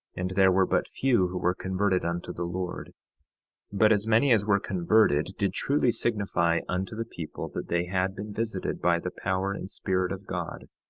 and there were but few who were converted unto the lord but as many as were converted did truly signify unto the people that they had been visited by the power and spirit of god,